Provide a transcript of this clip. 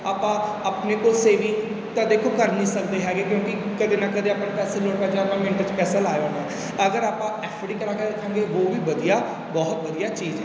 ਆਪਾਂ ਆਪਣੇ ਕੋਲ ਸੇਵਿੰਗ ਤਾਂ ਦੇਖੋ ਕਰ ਨਹੀਂ ਸਕਦੇ ਹੈਗੇ ਕਿਉਂਕਿ ਕਦੇ ਨਾ ਕਦੇ ਆਪਾਂ ਪੈਸੇ ਮਿੰਟ 'ਚ ਪੈਸਾ ਲਗਾ ਆਉਂਦੇ ਹਾਂ ਅਗਰ ਆਪਾਂ ਐੱਫ ਡੀ ਕਰਵਾ ਕੇ ਰੱਖਾਂਗੇ ਉਹ ਵੀ ਵਧੀਆ ਬਹੁਤ ਵਧੀਆ ਚੀਜ਼ ਹੈ